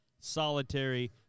solitary